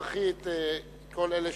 תברכי את כל אלה